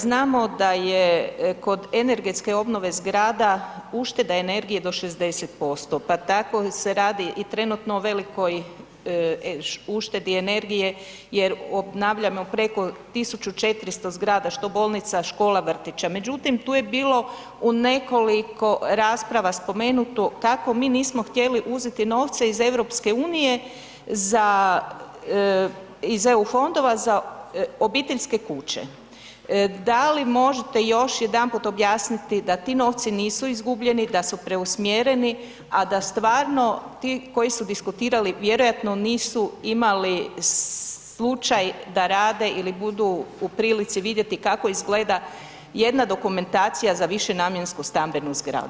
Znamo da je kod energetske obnove zgrada ušteda energije do 60%, pa tako se radi i trenutno velikoj uštedi energije jer obnavljamo preko 1400 zgrada, što bolnica, škola, vrtića, međutim tu je bilo u nekoliko rasprava spomenuto kako mi nismo htjeli uzeti novce iz EU za, iz EU fondova za obiteljske kuće, da li možete još jedanput objasniti da ti novci nisu izgubljeni, da su preusmjereni, a da stvarno ti koji su diskutirali vjerojatno nisu imali slučaj da rade ili budu u prilici vidjeti kako izgleda jedna dokumentacija za višenamjensku stambenu zgradu.